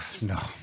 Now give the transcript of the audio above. No